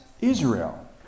Israel